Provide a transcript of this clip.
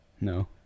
No